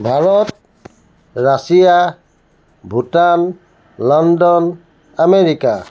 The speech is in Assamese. Bharat Russia Bhutan London America